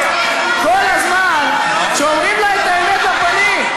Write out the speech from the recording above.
כל הזמן כשאומרים לה את האמת בפנים.